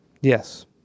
yes